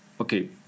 Okay